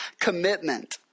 commitment